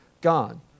God